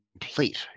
complete